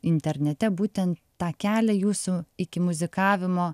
internete būtent tą kelią jūsų iki muzikavimo